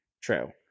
True